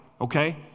okay